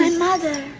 and mother